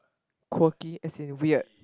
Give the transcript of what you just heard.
quirky as in weird